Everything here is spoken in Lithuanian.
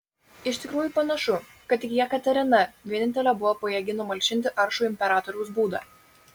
iš tikrųjų panašu kad tik jekaterina vienintelė buvo pajėgi numalšinti aršų imperatoriaus būdą